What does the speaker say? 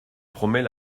promet